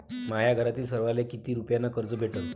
माह्या घरातील सर्वाले किती रुप्यान कर्ज भेटन?